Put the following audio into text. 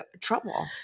trouble